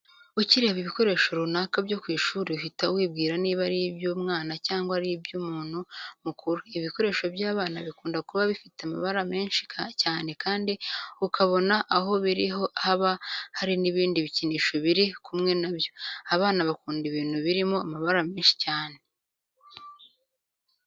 Ukireba ibikoresho runaka byo ku ishuri uhita wibwira niba ari iby'umwana cyangwa ari iby'umuntu mukuru. Ibikoresho by'abana bikunda kuba bifite amabara menshi cyane kandi ukabona aho biri haba hari n'ibindi bikinisho biri kumwe na byo. Abana bakunda ibintu birimo amabara menshi cyane.